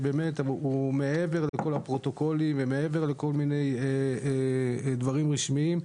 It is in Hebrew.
שהוא מעבר לכל הפרוטוקולים ודברים רשמיים,